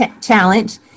challenge